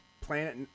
Planet